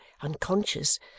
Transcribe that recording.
unconscious